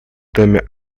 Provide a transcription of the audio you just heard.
доме